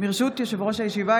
ברשות יושב-ראש הישיבה,